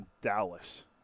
Dallas